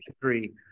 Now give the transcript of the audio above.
three